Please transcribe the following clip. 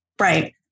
Right